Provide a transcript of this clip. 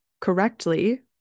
correctly